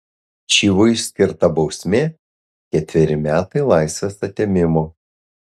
čivui skirta bausmė ketveri metai laisvės atėmimo